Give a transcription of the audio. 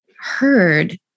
heard